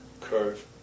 Curve